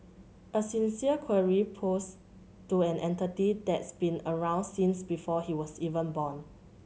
a sincere query posed to an entity that's been around since before he was even born